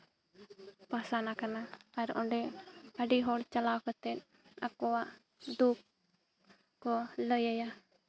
ᱯᱟᱥᱟᱱ ᱟᱠᱟᱱᱟ ᱟᱨ ᱚᱸᱰᱮ ᱟᱹᱰᱤ ᱦᱚᱲ ᱪᱟᱞᱟᱣ ᱠᱟᱛᱮ ᱟᱠᱚᱣᱟᱜ ᱫᱩᱠ ᱠᱚ ᱞᱟᱹᱭ ᱟᱭᱟ